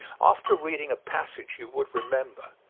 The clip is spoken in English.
after reading a passage you would remember,